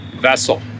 vessel